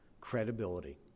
credibility